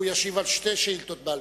הוא ישיב על שתי שאילתות בעל-פה.